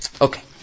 Okay